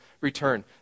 return